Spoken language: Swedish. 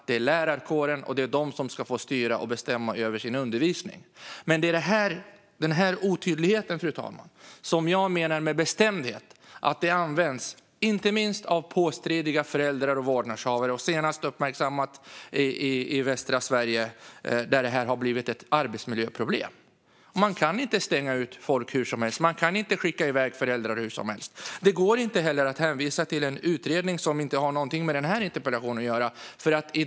Det är alltså lärarkåren, och det är lärarna som ska få styra och bestämma över sin undervisning. Det är den här otydligheten som jag med bestämdhet menar används av påstridiga föräldrar och vårdnadshavare, fru talman. Senast uppmärksammades det i västra Sverige, där detta har blivit ett arbetsmiljöproblem. Man kan inte stänga ute folk hur som helst, och man kan inte skicka iväg föräldrar hur som helst. Det går inte heller att hänvisa till en utredning som inte har någonting med den här interpellationen att göra.